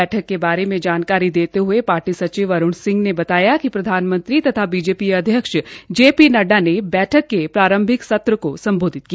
बैठक के बारे में जानकारी देते हये पार्टी सचिव अरूण सिंह ने बताया कि प्रधानमंत्री तथा बीजेपी अध्यक्ष जे पी नड्डा ने बैठक के प्रारभिक सत्र को सम्बोधित किया